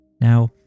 Now